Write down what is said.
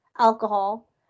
alcohol